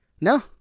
No